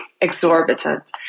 exorbitant